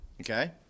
Okay